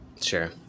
sure